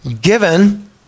given